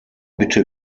bitte